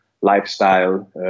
lifestyle